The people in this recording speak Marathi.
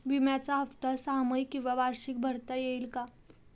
विम्याचा हफ्ता सहामाही किंवा वार्षिक भरता येईल का?